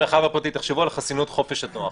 תחשבו על חסינות חופש התנועה.